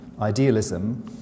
idealism